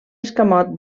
escamot